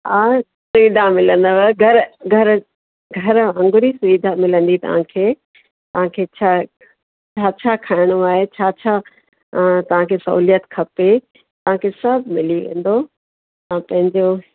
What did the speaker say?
हा सुविधा मिलंदव घरु घरु घरु वांगुरु ई सुविधा मिलंदी तव्हांखे तव्हांखे छा छा छा खाइणो आहे छा छा तव्हांखे सहूलियत खपे तव्हांखे सभु मिली वेंदो तव्हां पंहिंजो